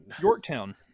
Yorktown